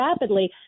rapidly